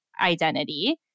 identity